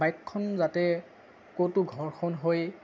বাইকখন যাতে ক'তো ঘৰ্ষণ হৈ